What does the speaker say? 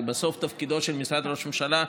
הרי בסוף תפקידו של משרד ראש הממשלה,